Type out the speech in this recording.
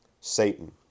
Satan